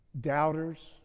doubters